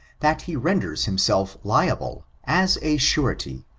that he renders himself liable, as a surety,